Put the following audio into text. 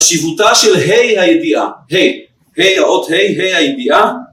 חשיבותה של ה' הידיעה, ה', ה', האות ה', ה' הידיעה